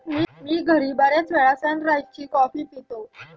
मी घरी बर्याचवेळा सनराइज ची कॉफी पितो